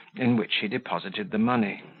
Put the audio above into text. in which he deposited the money.